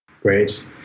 Great